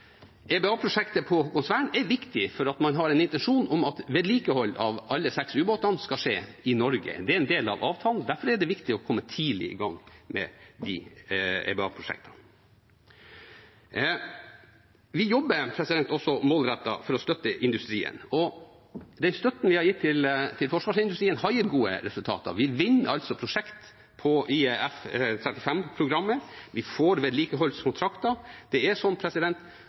på Haakonsvern er viktig fordi man har en intensjon om at vedlikehold av alle de seks ubåtene skal skje i Norge. Det er en del av avtalen, og derfor er det viktig å komme tidlig i gang med EBA-prosjektene. Vi jobber også målrettet for å støtte industrien, og den støtten vi har gitt til forsvarsindustrien, har gitt gode resultater. Vi vinner altså prosjekter i F-35-programmet; vi får vedlikeholdskontrakter. Vi har lyktes med strategien vi har lagt. Da kan det